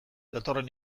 datorren